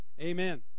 Amen